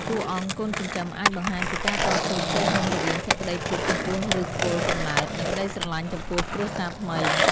តួអង្គកូនចិញ្ចឹមអាចបង្ហាញពីការតស៊ូផ្ទៃក្នុងរវាងភក្ដីភាពចំពោះឫសគល់កំណើត និងក្ដីស្រឡាញ់ចំពោះគ្រួសារថ្មី។